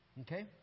Okay